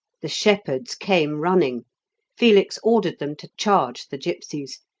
the shepherds came running felix ordered them to charge the gipsies.